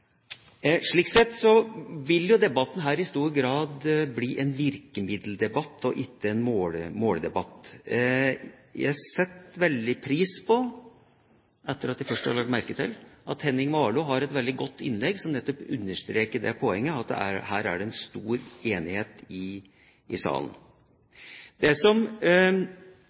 Slik sett vil debatten her i stor grad bli en virkemiddeldebatt og ikke en måldebatt. Jeg setter veldig pris på – etter at jeg først la merke til det – at Henning Warloe i sitt veldig gode innlegg nettopp understreket poenget at det er stor enighet her i salen. Det som jeg reagerer mest på ved Fremskrittspartiets forslag, er mer denne tankegangen bak, som,